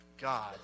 God